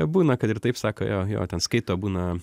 būna kad ir taip sako jo jo ten skaito būna